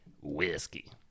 whiskey